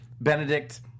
Benedict